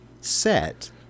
set